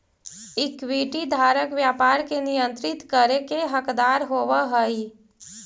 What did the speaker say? equity धारक व्यापार के नियंत्रित करे के हकदार होवऽ हइ